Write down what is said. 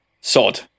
Sod